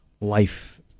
Life